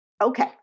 Okay